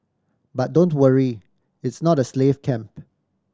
but don't worry its not a slave camp